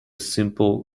simple